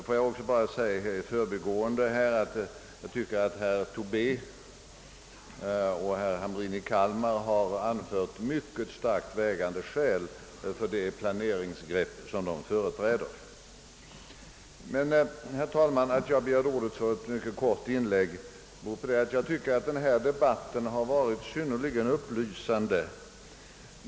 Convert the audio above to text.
Låt mig också i förbigående säga, att jag tycker att herr Tobé och herr Hamrin i Kalmar anfört mycket tungt vägande skäl för de planeringsgrepp som de företräder. Men att jag begärt ordet för ett kort inlägg på en punkt beror på att jag anser att denna debatt varit synnerligen upplysande.